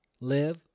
live